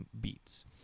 beats